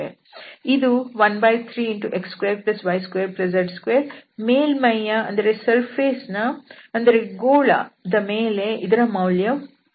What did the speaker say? ಇದು 13x2y2z2 ಮೇಲ್ಮೈ ಯ ಅಂದರೆ ಗೋಳ ದ ಮೇಲೆ ಇದರ ಮೌಲ್ಯವು 3